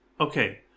Okay